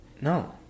no